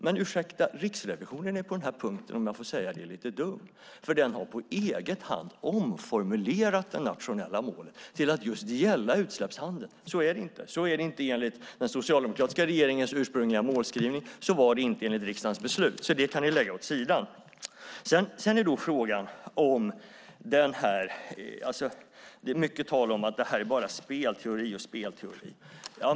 Men, ursäkta, Riksrevisionen är på den här punkten, om jag får säga det, lite dum, för man har på egen hand omformulerat det nationella målet till att just gälla utsläppshandeln. Så är det inte. Så var det inte enligt den socialdemokratiska regeringens ursprungliga målskrivning och så var det inte enligt riksdagens beslut, så det kan ni lägga åt sidan. Det är mycket tal om att det här är bara spelteorier.